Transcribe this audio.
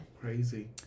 Crazy